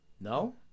No